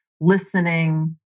listening